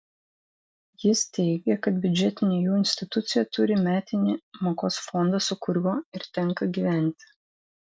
jis teigė kad biudžetinė jų institucija turi metinį mokos fondą su kuriuo ir tenka gyventi